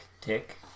Tick